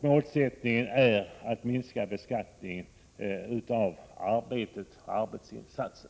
Målsättningen är att minska beskattningen av arbetsinsatser.